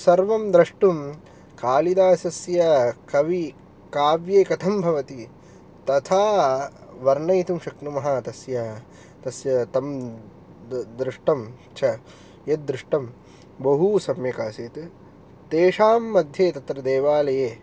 सर्वं द्रष्टुं कालिदासस्य कवि काव्ये कथं भवति तथा वर्णयितुं शक्नुमः तस्य तस्य तं दृष्टं च यद्दृष्टं बहू समयक् आसीत् तेषां मध्ये तत्र देवालये